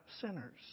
sinners